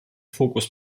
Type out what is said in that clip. focus